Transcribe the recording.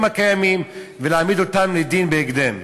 הקיימים ולהעמיד אותם לדין בהקדם.